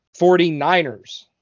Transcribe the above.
49ers